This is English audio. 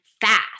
fast